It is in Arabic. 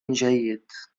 جيد